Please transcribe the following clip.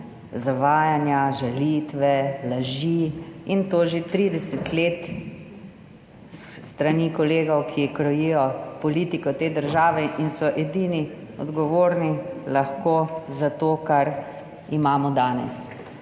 zavajanja, žalitve, laži, in to že 30 let, s strani kolegov, ki krojijo politiko te države in so edini lahko odgovorni za to, kar imamo danes.